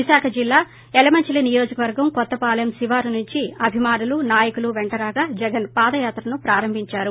విశాఖపట్నం జిల్లా యలమంచిలి నియోజకవర్గం కొత్తపాలెం శివారు నుంచి అభిమానులు నాయకులు వెంట రాగా జగన్ పాదయాత్రను ప్రారంభించారు